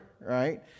right